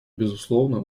безусловно